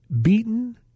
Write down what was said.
beaten